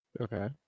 okay